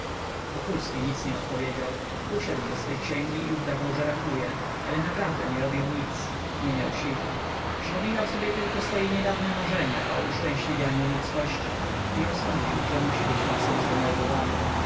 cebulą wokulski nic nie odpowiedział usiadł do swej księgi i udawał że rachuje ale naprawdę nie robił nic nie miał siły przypominał sobie tylko swoje niedawne marzenia o uszczęśliwieniu ludzkości i osądził że musi być mocno zdenerwowany